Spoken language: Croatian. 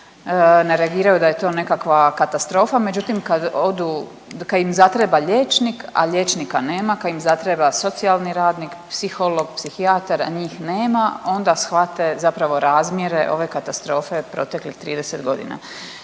ne reagiraju da je to nekakva katastrofa, međutim kad odu, kad im zatreba liječnik, a liječnika nema, kad im zatreba socijalni radnik, psiholog, psihijatar, a njih nema onda shvate zapravo razmjere ove katastrofe proteklih 30.g..